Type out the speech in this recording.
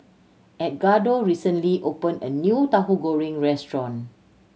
Edgardo recently opened a new Tahu Goreng restaurant